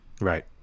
Right